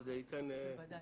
בוודאי.